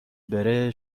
بره